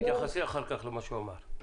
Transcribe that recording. תתייחסי אחר כך למה שהוא אמר.